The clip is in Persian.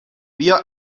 بیا